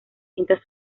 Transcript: cintas